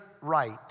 right